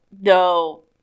no